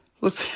Look